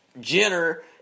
Jenner